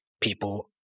people